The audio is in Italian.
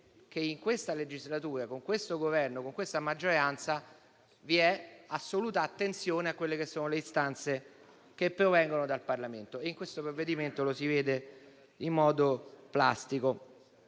che in questa legislatura, con questo Governo e con questa maggioranza, vi è assoluta attenzione alle istanze che provengono dal Parlamento. In questo provvedimento lo si vede in modo plastico.